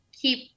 keep